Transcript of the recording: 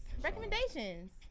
recommendations